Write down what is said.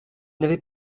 n’avait